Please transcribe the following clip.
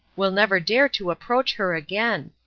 will never dare to approach her again.